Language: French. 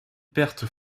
pertes